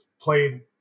played